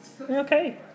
Okay